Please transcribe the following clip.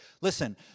Listen